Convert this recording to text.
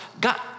God